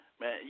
Man